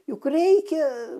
juk reikia